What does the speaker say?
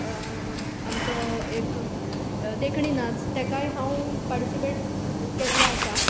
आमचो एक देखणी नाच ताकाय हांव पार्टीसिपेट केल्लें आसा